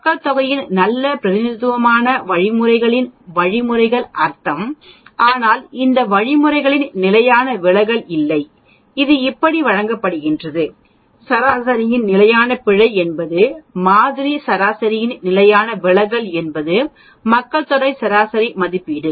மக்கள்தொகையின் நல்ல பிரதிநிதித்துவமான வழிமுறைகளின் வழிமுறைகள் அர்த்தம் ஆனால் இந்த வழிமுறைகளின் நிலையான விலகல் இல்லை இது இப்படி வழங்கப்படுகிறது சராசரியின் நிலையான பிழை என்பது மாதிரி சராசரியின் நிலையான விலகல் என்பது மக்கள்தொகை சராசரி மதிப்பீடு